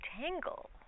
tangle